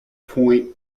point